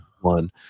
one